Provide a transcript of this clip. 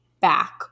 back